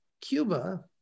Cuba